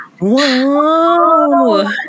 Whoa